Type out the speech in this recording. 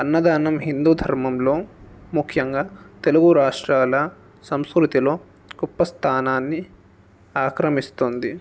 అన్నదానం హిందూ ధర్మంలో ముఖ్యంగా తెలుగు రాష్ట్రాల సంస్కృతిలో గొప్ప స్థానాన్ని ఆక్రమిస్తుంది